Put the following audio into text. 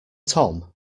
tom